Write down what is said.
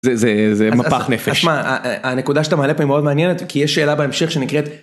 זה מפח נפש, הנקודה שאתה מעלה פה היא מאוד מעניינת כי יש שאלה בהמשך שנקראת.